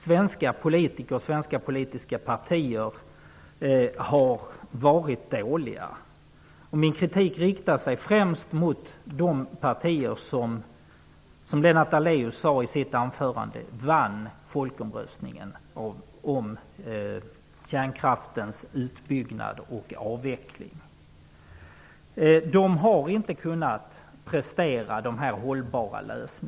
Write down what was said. Svenska politiker och svenska politiska partier har varit dåliga på det. Min kritik riktar sig främst mot de partier som vann, som Lennart Daléus sade i sitt anförande, folkomröstningen om kärnkraftens utbyggnad och avveckling. De hållbara lösningarna har inte kunnat presterats.